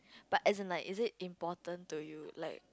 but hasn't like is it important to you like